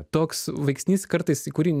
toks veiksnys kartais į kurį